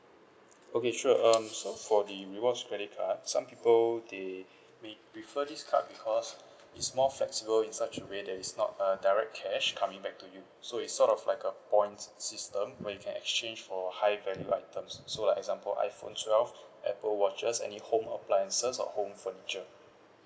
okay sure um so for the rewards credit card some people they may prefer this card because it's more flexible in such a way that is not a direct cash coming back to you so it's sort of like a points system where you can exchange for high value items so like example iphone twelve apple watches any home appliances or home furniture